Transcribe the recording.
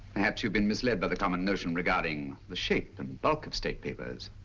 perhaps you've been mislead by the common notion regarding the shape and but of state papers.